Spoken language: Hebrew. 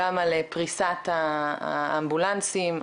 גם על פריסת האמבולנסים,